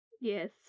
Yes